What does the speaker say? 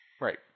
Right